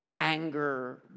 anger